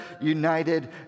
united